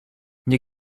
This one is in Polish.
nie